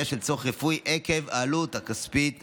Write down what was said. של צורך רפואי עקב העלות הכספית הגבוהה.